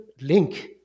link